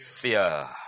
fear